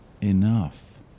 Enough